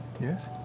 Yes